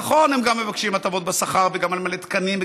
נכון, הם גם מבקשים הטבות בשכר וגם למלא תקנים.